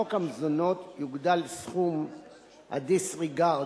שבחוק המזונות יוגדל סכום ה-disregard